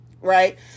right